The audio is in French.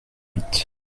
huit